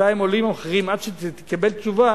בינתיים עולים המחירים, עד שתקבל תשובה